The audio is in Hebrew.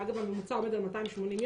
ואגב הממוצע העולמי עומד על 280 יום.